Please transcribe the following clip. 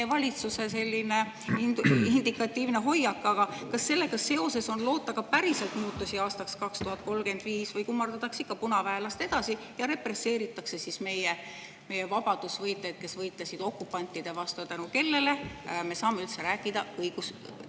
valitsuse indikatiivne hoiak. Aga kas sellega seoses on loota ka päriselt muutusi aastaks 2035 või kummardatakse ikka punaväelast edasi ja represseeritakse meie vabadusvõitlejaid, kes võitlesid okupantide vastu ja tänu kellele me saame üldse rääkida õiguslikust